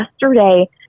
yesterday